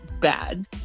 bad